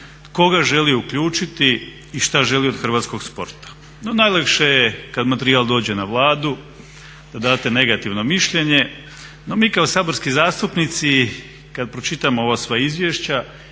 koga želi uključiti i šta želi od hrvatskog sporta. No najlakše je kada materijal dođe na Vladu da date negativno mišljenje. No mi kao saborski zastupnici kada pročitamo ova sva izvješća